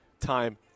time